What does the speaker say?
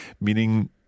meaning